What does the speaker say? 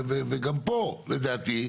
גם פה לדעתי,